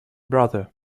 brother